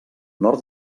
nord